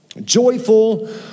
Joyful